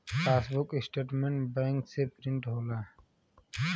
passbook statement bank से print होला